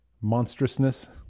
monstrousness